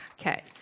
Okay